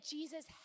Jesus